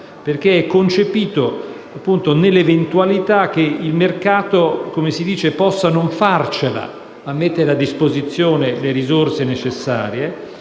perché è concepita nell'eventualità che il mercato possa non farcela a mettere a disposizione le risorse necessarie.